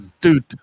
dude